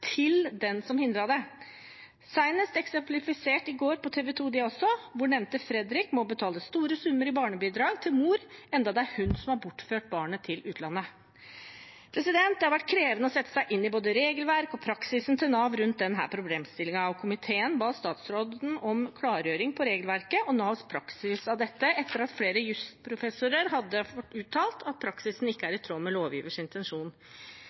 til den som hindret det. Det også ble senest eksemplifisert i går, på TV 2, hvor nevnte Fredrik må betale store summer i barnebidrag til mor, enda det er hun som har bortført barnet til utlandet. Det har vært krevende å sette seg inn i både regelverket og praksisen til Nav rundt denne problemstillingen. Komiteen ba statsråden om en klargjøring av regelverket og Navs praksis av dette etter at flere jusprofessorer hadde uttalt at praksisen ikke er i tråd med lovgivers intensjon.